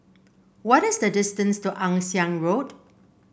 what is the distance to Ann Siang Road